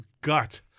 gut